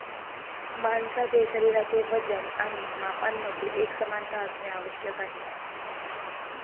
माणसाचे शरीराचे वजन आणि मापांमध्ये एकसमानता असणे आवश्यक आहे